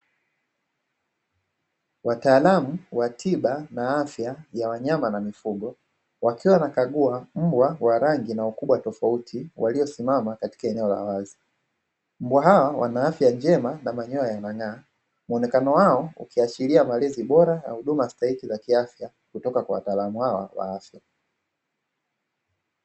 Wataalamu wa tiba na afya ya wanyama na mifugo, wakiwa wanakagua mbwa wa rangi na ukubwa tofauti waliosimama katika eneo la wazi. Mbwa hawa wana afya njema na manyoya yanang'aa. Muonekano wao ukiashiria malezi bora na huduma stahiki za kiafya kutoka kwa wataalamu hawa wa afya.